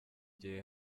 gihe